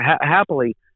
Happily